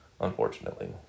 Unfortunately